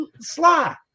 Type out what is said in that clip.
Sly